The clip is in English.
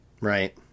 Right